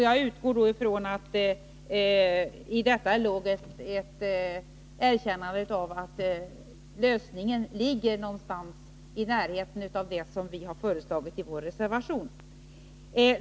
Jag utgår då ifrån att det i detta låg ett erkännande av att lösningen ligger någonstans i närheten av det vi föreslagit i vår reservation.